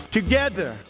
Together